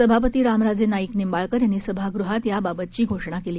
सभापती रामराजे नाईक निंबाळकर यांनी सभागृहात याबाबतची घोषणा केली